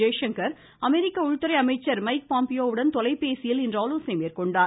ஜெய்சங்கர் அமெரிக்க உள்துறை அமைச்சர் மைக் பாம்பியோவுடன் தொலைபேசியில் இன்று ஆலோசனை மேற்கொண்டார்